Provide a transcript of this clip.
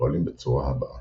פועלים בצורה הבאה